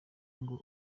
ngo